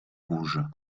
rouge